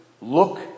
look